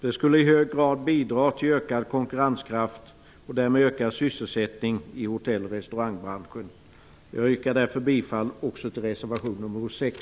Det skulle i hög grad bidra till ökad konkurrenskraft och därmed ökad sysselsättning i hotell och restaurangbranschen. Jag yrkar därför bifall också till reservation 6.